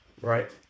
right